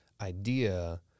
idea